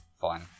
Fine